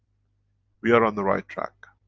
we are on the right track.